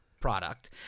product